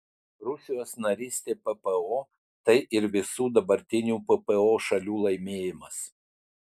rusijos narystė ppo tai ir visų dabartinių ppo šalių laimėjimas